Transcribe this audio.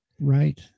Right